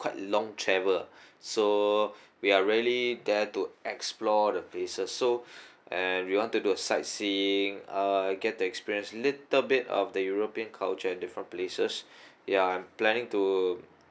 quite long travel so we are really dare to explore the places so and we want to do a sightseeing uh get to experience little bit of the european culture at different places ya I'm planning to